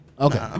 Okay